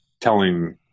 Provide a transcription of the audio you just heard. telling –